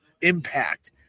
impact